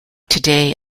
today